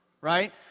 right